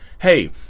hey